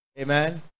Amen